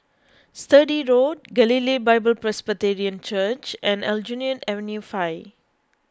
Sturdee Road Galilee Bible Presbyterian Church and Aljunied Avenue five